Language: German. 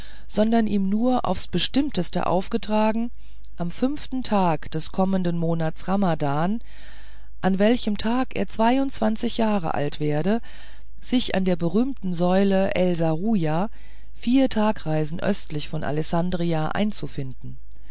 sondern ihm nur aufs bestimmteste aufgetragen am fünften tage des kommenden monats ramadan an welchem tage er zweiundzwanzig jahre alt werde sich an der berühmten säule el serujah vier tagreisen östlich von alessandria einzufinden